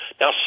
Now